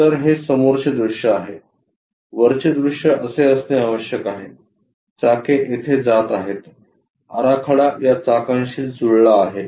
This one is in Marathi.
तर हे समोरचे दृश्य आहे वरचे दृश्य असे असणे आवश्यक आहे चाके येथे जात आहेत आराखडा या चाकांशी जुळला आहे